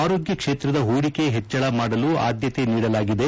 ಆರೋಗ್ಯ ಕ್ಷೇತ್ರದ ಪೂಡಿಕೆ ಹೆಚ್ಚಳ ಮಾಡಲು ಆದ್ಯತೆ ನೀಡಲಾಗಿದೆ